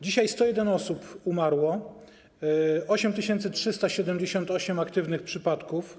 Dzisiaj 101 osób umarło, stwierdzono 8378 aktywnych przypadków.